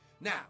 Now